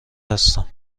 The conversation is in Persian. هستم